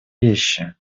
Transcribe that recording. вещи